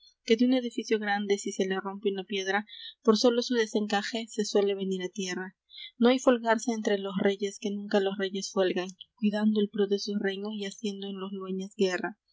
que de un edificio grande si se le rompe una piedra por sólo su desencaje se suele venir á tierra no hay folgarse entre los reyes que nunca los reyes fuelgan cuidando el pro de sus reinos y haciendo en los